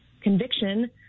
conviction